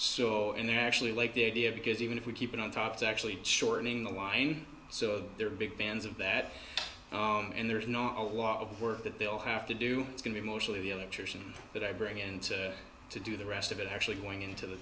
so and they actually like the idea because even if we keep it on top it's actually shortening the line so they're big fans of that and there's not a lot of work that they'll have to do it's going to be mostly the electrician that i bring in to do the rest of it actually going into the